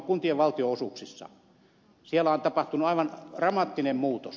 siellä on tapahtunut aivan dramaattinen muutos